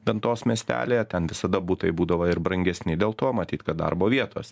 ventos miestelyje ten visada butai būdavo ir brangesni dėl to matyt kad darbo vietos